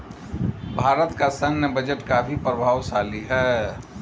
भारत का सैन्य बजट काफी प्रभावशाली है